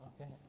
Okay